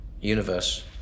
universe